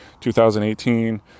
2018